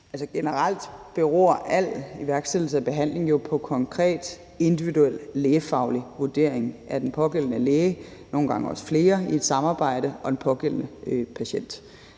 Generelt beror al iværksættelse af behandling jo på en konkret individuel lægefaglig vurdering foretaget af den pågældende læge, nogle gange også af flere læger i et samarbejde, og den pågældende patient.